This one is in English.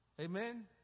Amen